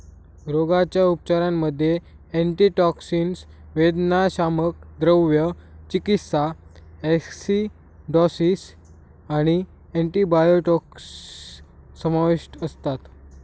रोगाच्या उपचारांमध्ये अँटीटॉक्सिन, वेदनाशामक, द्रव चिकित्सा, ॲसिडॉसिस आणि अँटिबायोटिक्स समाविष्ट असतात